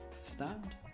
stand